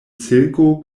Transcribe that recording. silko